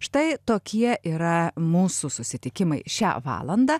štai tokie yra mūsų susitikimai šią valandą